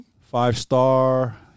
Five-star